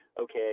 okay